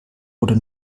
oder